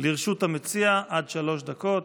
לרשות המציע עד שלוש דקות.